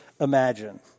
imagine